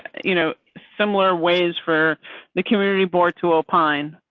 you know, similar ways for the community board to opine.